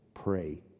Pray